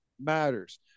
matters